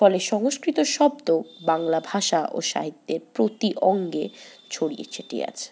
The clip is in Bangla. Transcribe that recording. ফলে সংস্কৃত শব্দ বাংলা ভাষা ও সাহিত্যের প্রতি অঙ্গে ছড়িয়ে ছিটিয়ে আছে